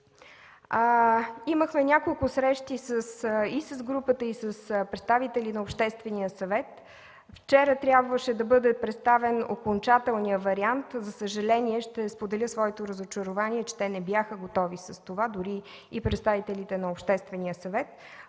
Имахме няколко срещи и с групата, и с представители на Обществения съвет. Вчера трябваше да бъде представен окончателният вариант. За съжаление, ще Ви споделя своето разочарование, че те не бяха готови с това, дори и представителите на Обществения съвет.